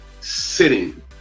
sitting